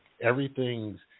everything's